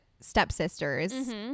stepsisters